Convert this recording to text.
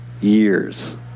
years